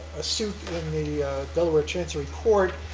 a suit in the delaware chancery court.